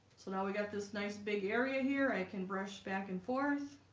so now we got this nice big area here. i can brush back and forth